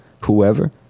whoever